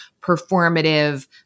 performative